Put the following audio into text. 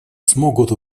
смогут